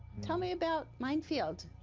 tell me about mind field.